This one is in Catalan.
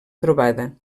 trobada